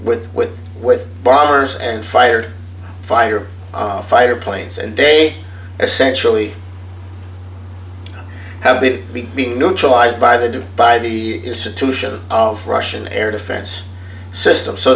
with with with bombers and fired fire fighter planes and day essentially have been being neutralized by the do by the institution of russian air defense system so